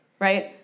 right